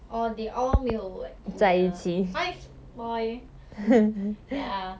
orh they all 没有 like 在一起 !hais! spoil ya